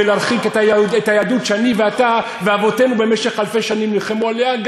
ולהרחיק את היהדות שאני ואתה ואבותינו במשך אלפי שנים נלחמו עליה,